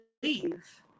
believe